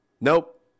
Nope